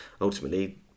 ultimately